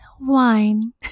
Wine